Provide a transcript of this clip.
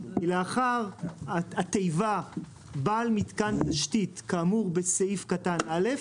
היא לאחר התיבה "בעל מיתקן תשתית כאמור בסעיף קטן (א)",